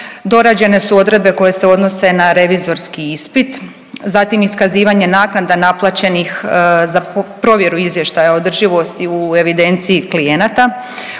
dorađene su odredbe koje se odnose na revizorski ispit. Zatim iskazivanje naknada naplaćenih za provjeru izvještaja održivosti u evidenciji klijenata.